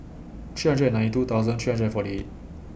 three hundred and ninety two thousand three hundred and forty eight